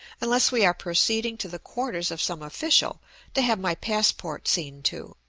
unless we are proceeding to the quarters of some official to have my passport seen to,